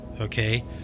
okay